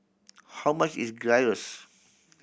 how much is Gyros